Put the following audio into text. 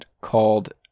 called